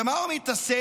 במה הוא מתעסק?